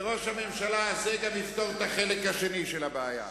וראש הממשלה הזה יפתור גם את החלק השני של הבעיה.